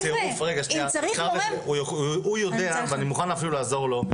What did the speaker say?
הוא יודע ואני מוכן אפילו לעזור לו,